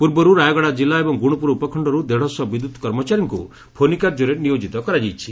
ପୂର୍ବରୁ ରାୟଗଡା ଜିଲ୍ଲା ଏବଂ ଗୁଣୁପୁର ଉପଖଖରୁ ଦେଢଶହ ବିଦ୍ୟୁତ କର୍ମଚାରୀଙ୍କୁ ଫୋନି କାର୍ଯ୍ୟରେ ନିୟୋଜିତ କରାଯାଇଛି